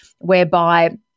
whereby